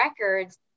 records